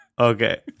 Okay